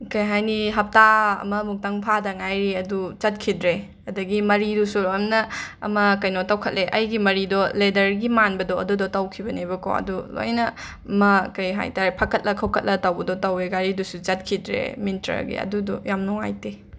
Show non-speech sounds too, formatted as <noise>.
ꯀꯩ ꯍꯥꯏꯅꯤ ꯍꯞꯇꯥ ꯑꯃꯃꯨꯛꯇꯪ ꯐꯥꯗ ꯉꯥꯏꯔꯤ ꯑꯗꯨ ꯆꯠꯈꯤꯗ꯭ꯔꯦ ꯑꯗꯒꯤ ꯃꯔꯤꯗꯨꯁꯨ <unintelligible> ꯑꯃ ꯀꯩꯅꯣ ꯇꯧꯈꯠꯂꯦ ꯑꯩꯒꯤ ꯃꯔꯤꯗꯣ ꯂꯦꯗꯔꯒꯤ ꯃꯥꯟꯕꯗꯣ ꯑꯗꯨꯗꯣ ꯇꯧꯈꯤꯕꯅꯦꯕꯀꯣ ꯑꯗꯨ ꯑꯩꯅ ꯑꯃ ꯀꯩ ꯍꯥꯏ ꯇꯥꯔꯦ ꯐꯛꯀꯠꯂ ꯈꯣꯠꯀꯠꯂ ꯇꯧꯕꯗꯣ ꯇꯧꯋꯦ ꯘꯔꯤꯗꯨꯁꯨ ꯆꯠꯈꯤꯗ꯭ꯔꯦ ꯃꯤꯟꯇ꯭ꯔꯒꯤ ꯑꯗꯨꯗꯨ ꯌꯥꯝꯅ ꯅꯨꯡꯉꯥꯏꯇꯦ